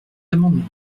amendement